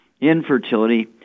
infertility